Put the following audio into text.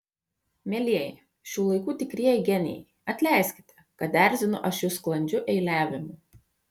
mielieji šių laikų tikrieji genijai atleiskite kad erzinu aš jus sklandžiu eiliavimu